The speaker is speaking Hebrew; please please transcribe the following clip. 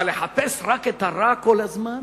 אבל לחפש רק את הרע כל הזמן?